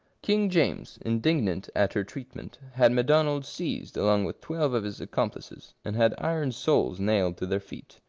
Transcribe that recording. king james, indignant at her treatment, had m'donald seized along with twelve of his accomplices, and had iron soles nailed to their feet.